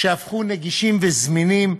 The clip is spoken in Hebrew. שהפכו נגישים וזמינים,